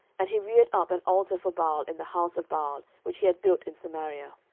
and he reared up an altar for baal in the house of baal, which he had built in samaria.